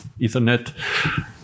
Ethernet